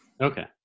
Okay